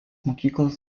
mokyklos